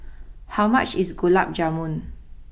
how much is Gulab Jamun